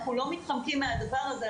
אנחנו לא מתחמקים מהדבר הזה.